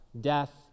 death